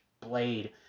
Blade